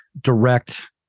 direct